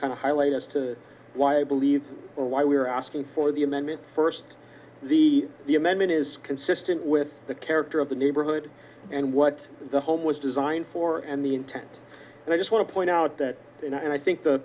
of highlight as to why i believe or why we're asking for the amendment first the the amendment is consistent with the character of the neighborhood and what the home was designed for and the intent and i just want to point out that in and i think the